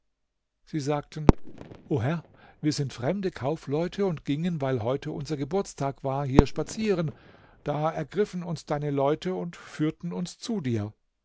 sie sagten o herr wir sind fremde kaufleute und gingen weil heute unser geburtstag war hier spazieren da ergriffen uns deine leute und führten uns zu dir